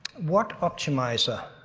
what optimizer